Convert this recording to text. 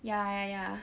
ya ya ya